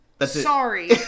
Sorry